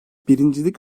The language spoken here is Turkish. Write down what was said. birincilik